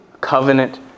covenant